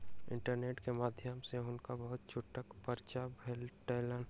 internet के माध्यम सॅ हुनका बहुत छूटक पर्चा भेटलैन